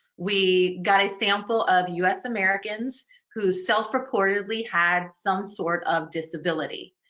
we got a sample of us americans who self-reportedly had some sort of disability.